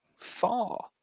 Far